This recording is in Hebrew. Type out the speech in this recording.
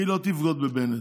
היא לא תבגוד בבנט,